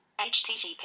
HTTP